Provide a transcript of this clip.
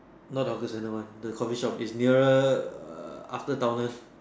not the hawker centre one the coffee shop is nearer after town one